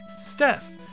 Steph